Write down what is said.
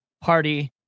party